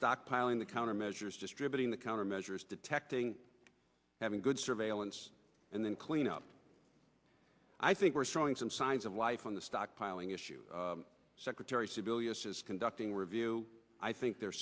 stockpiling the countermeasures distributing the countermeasures detecting having good surveillance and then clean up i think we're showing some signs of life on the stockpiling issue secretary sebelius is conducting review i think they're